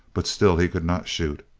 but still he could not shoot.